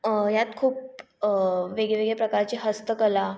ह्यात खूप वेगवेगळे प्रकारचे हस्तकला